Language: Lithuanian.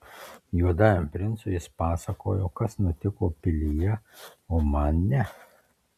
juodajam princui jis pasakojo kas nutiko pilyje o man ne